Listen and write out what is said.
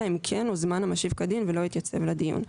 אלא אם כן הוזמן המשיב כדין ולא התייצב לדיון.